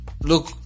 Look